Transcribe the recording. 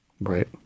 Right